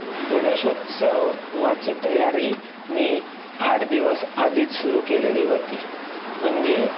गणेशोत्सवाची तयारी मी आठ दिवस आधीच सुरू केलेली होती म्हणजे